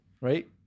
right